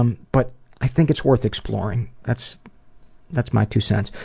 um but i think it's worth exploring. that's that's my two cents.